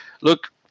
look